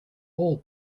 all